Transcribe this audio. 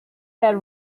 had